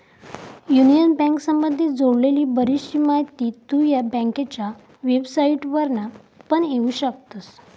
union बँकेसंबधी जोडलेली बरीचशी माहिती तु ह्या बँकेच्या वेबसाईटवरना पण घेउ शकतस